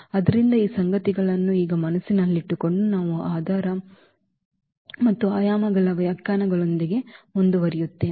ಆದ್ದರಿಂದ ಈ ಸಂಗತಿಗಳನ್ನು ಈಗ ಮನಸ್ಸಿನಲ್ಲಿಟ್ಟುಕೊಂಡು ನಾವು ಆಧಾರ ಮತ್ತು ಆಯಾಮಗಳ ವ್ಯಾಖ್ಯಾನಗಳೊಂದಿಗೆ ಮುಂದುವರಿಯುತ್ತೇವೆ